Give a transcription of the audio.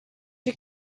you